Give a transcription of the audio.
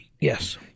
Yes